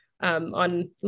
on